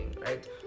right